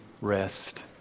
rest